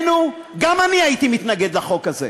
גם אני הייתי מתנגד לחוק הזה,